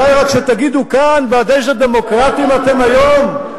כדאי רק שתגידו כאן בעד איזה דמוקרטים אתם היום,